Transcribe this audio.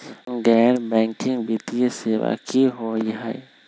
गैर बैकिंग वित्तीय सेवा की होअ हई?